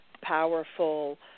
powerful